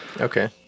okay